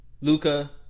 Luca